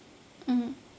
mmhmm